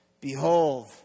Behold